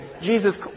Jesus